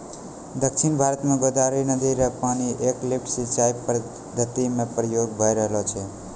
दक्षिण भारत म गोदावरी नदी र पानी क लिफ्ट सिंचाई पद्धति म प्रयोग भय रहलो छै